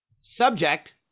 Subject